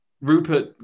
Rupert